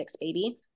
baby